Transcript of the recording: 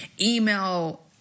email